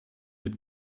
mit